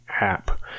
app